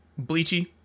Bleachy